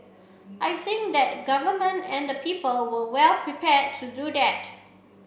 I think that Government and the people were well prepared to do that